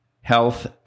health